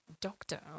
doctor